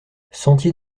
sentier